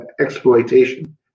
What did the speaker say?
exploitation